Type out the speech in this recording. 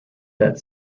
that